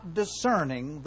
discerning